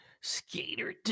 Skater